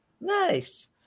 Nice